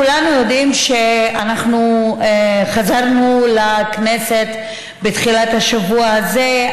כולנו יודעים שחזרנו לכנסת בתחילת השבוע הזה,